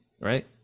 right